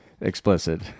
explicit